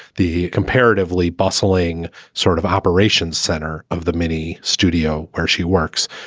the comparatively bustling sort of operations center of the mini studio where she works,